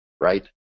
right